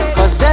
Cause